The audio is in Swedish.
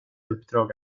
uppdrag